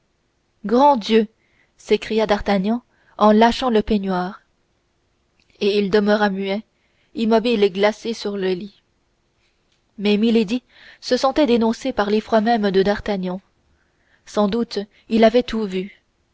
grand dieu s'écria d'artagnan en lâchant le peignoir et il demeura muet immobile et glacé sur le lit mais milady se sentait dénoncée par l'effroi même de d'artagnan sans doute il avait tout vu